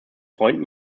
freunden